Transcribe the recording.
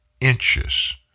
inches